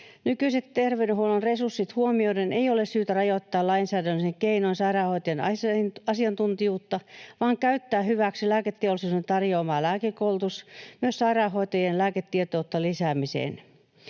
Nykyiset terveydenhuollon resurssit huomioiden ei ole syytä rajoittaa lainsäädännöllisin keinoin sairaanhoitajan asiantuntijuutta, vaan käyttää hyväksi lääketeollisuuden tarjoama lääkekoulutus myös sairaanhoitajien lääketietouden lisäämiseen.